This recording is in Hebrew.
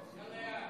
אחמד,